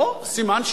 אוה, סימן שיש,